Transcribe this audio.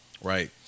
right